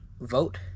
vote